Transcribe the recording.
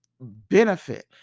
benefit